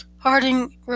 Harding